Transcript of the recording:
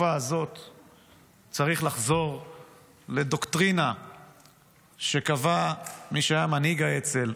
צריך לחזור לדוקטרינה שקבע מי שהיה מנהיג האצ"ל,